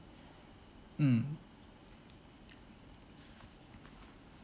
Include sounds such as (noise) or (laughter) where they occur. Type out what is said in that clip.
mm (noise)